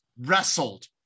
wrestled